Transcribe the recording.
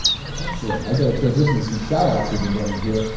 alright excellent. i got a transition to some shout outs who've been getting here.